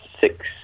Six